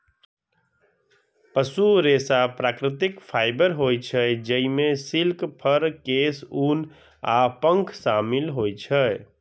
पशु रेशा प्राकृतिक फाइबर होइ छै, जइमे सिल्क, फर, केश, ऊन आ पंख शामिल होइ छै